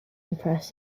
impress